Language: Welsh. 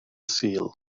sul